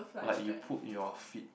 like you put your feet